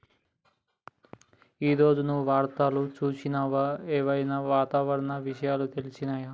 ఈ రోజు నువ్వు వార్తలు చూసినవా? ఏం ఐనా వాతావరణ విషయాలు తెలిసినయా?